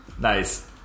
Nice